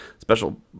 special